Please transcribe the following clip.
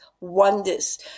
wonders